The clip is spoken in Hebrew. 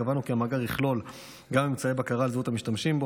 קבענו כי המאגר יכלול גם אמצעי בקרה על זהות המשתמשים בו.